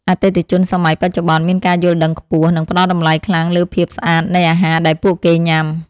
អតិថិជនសម័យបច្ចុប្បន្នមានការយល់ដឹងខ្ពស់ និងផ្តល់តម្លៃខ្លាំងលើភាពស្អាតនៃអាហារដែលពួកគេញ៉ាំ។